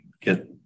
get